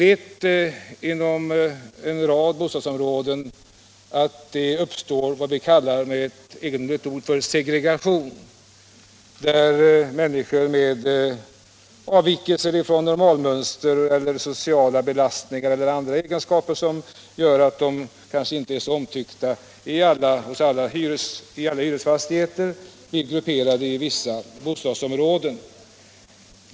Inom en rad bostadsområden uppstår segregation. Människor med avvikelser från normalmönstret, sociala belastningar eller andra egenskaper som gör att de inte är så omtyckta i alla hyresfastigheter, blir grupperade i vissa bostadsområden.